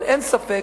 אבל אין ספק